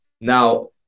Now